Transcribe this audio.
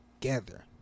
together